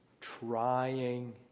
trying